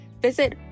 visit